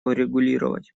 урегулировать